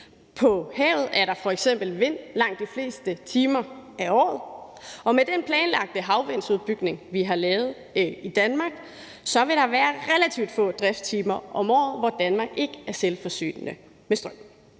På havet er der for eksempel vind langt de fleste timer af året, og med den planlagte havvindmølleudbygning, vi har lavet i Danmark, vil der være relativt få driftstimer om året, hvor Danmark ikke er selvforsynende med strøm.